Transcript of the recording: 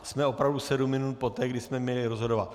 Jsme opravdu sedm minut poté, kdy jsme měli rozhodovat.